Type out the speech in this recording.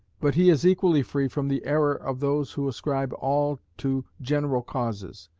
but he is equally free from the error of those who ascribe all to general causes,